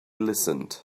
listened